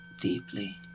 deeply